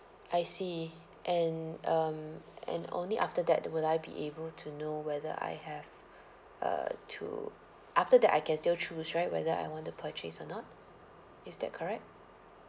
I see and um and only after that do will I be able to know whether I have uh to after that I can still choose right whether I want to purchase or not is that correct